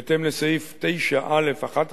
בהתאם לסעיף 9(א)(11)